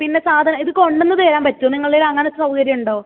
പിന്നെ സാധനം ഇത് കൊണ്ടുവന്ന് തരാൻ പറ്റുമോ നിങ്ങളേതിൽ അങ്ങനത്തെ സൗകര്യം ഉണ്ടോ